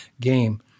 game